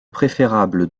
préférable